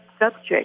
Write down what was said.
subject